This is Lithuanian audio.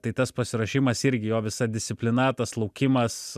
tai tas pasiruošimas irgi jo visa disciplina tas laukimas